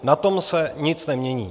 Na tom se nic nemění.